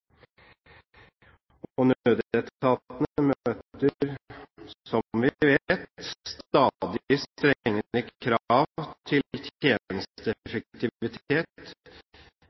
samfunnet. Nødetatene møter, som vi vet, stadig strengere krav til